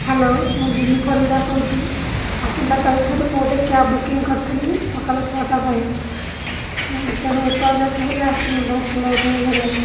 hello ମୁଁ ଜିନି ପରିଡ଼ା କହୁଛି ଆସନ୍ତା କାଲି ଠାରୁ ମୁଁ ଗୋଟେ କ୍ୟାବ୍ ବୁକିଂ କରିଥିଲି ସକାଳେ ଛଅଟା ପାଇଁ ତେଣୁ ଏତବେଳଯାକେ ହେଲା ଆସିନି ବହୁତ ଲେଟ୍ ହେଇଗଲାଣି